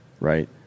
right